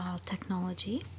technology